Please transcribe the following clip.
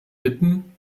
bitten